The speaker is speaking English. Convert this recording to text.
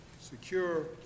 secure